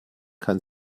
kann